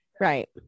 Right